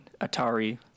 Atari